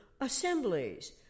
assemblies